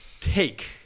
take